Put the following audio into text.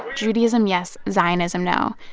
no judaism, yes. zionism, no.